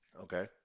okay